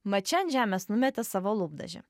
mat ši ant žemės numetė savo lūpdažį